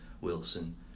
Wilson